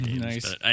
Nice